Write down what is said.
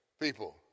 people